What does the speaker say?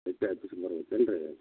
ಬರಬೇಕನ್ರೀ